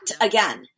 again